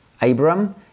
Abram